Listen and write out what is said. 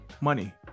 money